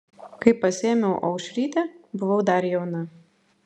kai pasiėmiau aušrytę buvau dar jauna